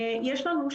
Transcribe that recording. אמונה על